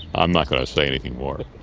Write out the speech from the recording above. i'm not going to say anything more.